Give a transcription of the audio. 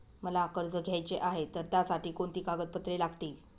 मला कर्ज घ्यायचे आहे तर त्यासाठी कोणती कागदपत्रे लागतील?